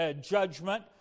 judgment